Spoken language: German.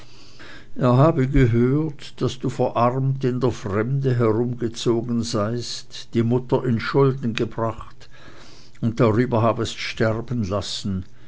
er habe gehört daß du verarmt in der fremde herumgezogen seist die mutter in schulden gebracht und darüber habest sterben lassen